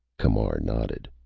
camar nodded.